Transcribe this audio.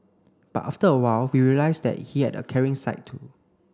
but after a while we realised that he had a caring side too